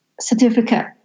certificate